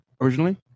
originally